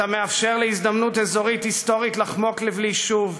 אתה מאפשר להזדמנות אזורית היסטורית לחמוק לבלי-שוב,